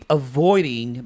avoiding